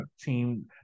team